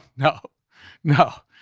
no no.